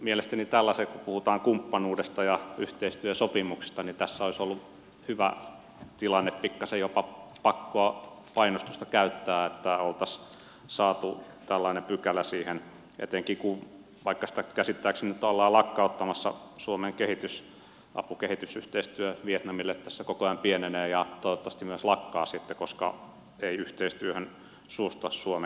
mielestäni kun puhutaan kumppanuudesta ja yhteistyösopimuksista tässä olisi ollut hyvä tilanne pikkaisen jopa pakkoa painostusta käyttää että oltaisiin saatu tällainen pykälä siihen että kipu paikasta käsittääkseni olla lakkauttamassa etenkin kun suomen kehitysapu vietnamille tässä koko ajan pienenee ja toivottavasti myös lakkaa sitten koska ei yhteistyöhön suostuta suomen kanssa